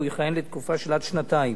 והוא יכהן בתקופה של עד שנתיים.